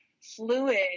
fluid